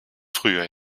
früher